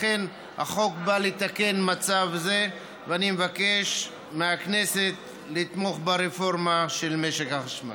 לכן החוק בא לתקן מצב זה ואני מבקש מהכנסת לתמוך ברפורמה של משק החשמל.